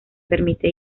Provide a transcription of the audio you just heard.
permite